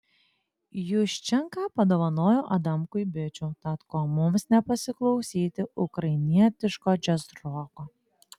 juščenka padovanojo adamkui bičių tad ko mums nepasiklausyti ukrainietiško džiazroko